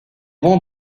vend